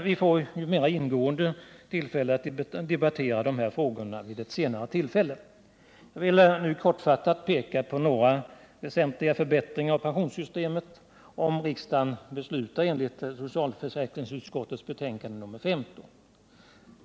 Vi får emellertid tillfälle att mera ingående debattera dessa frågor vid ett senare tillfälle, och jag vill nu endast kortfattat peka på några väsentliga förbättringar av pensionssystemet som kan uppnås, om riksdagen beslutar i enlighet med socialförsäkringsutskottets betänkande nr 15.